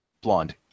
Blonde